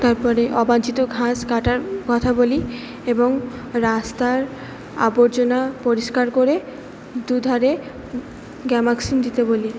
তারপরে অবাঞ্চিত ঘাস কাটার কথা বলি এবং রাস্তার আবর্জনা পরিষ্কার করে দু ধারে গ্যামাক্সিন দিতে বলি